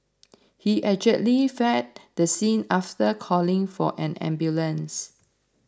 he allegedly fled the scene after calling for an ambulance